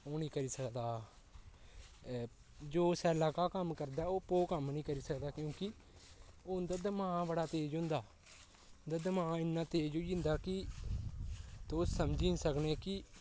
ओह् निं करी सकदा जो सै'ल्ला घाऽ कम्म करदा ऐ ओह् भोऽ कम्म निं करी सकदा क्योंकि उं'दा दमाग बड़ा तेज होंदा दमाग इ'न्ना तेज होई जंदा कि तुस ओह् समझी निं सकने की